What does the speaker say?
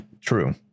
true